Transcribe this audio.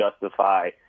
justify